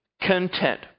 content